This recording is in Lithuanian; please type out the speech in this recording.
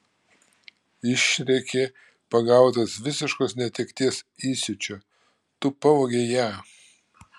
išrėkė pagautas visiškos netekties įsiūčio tu pavogei ją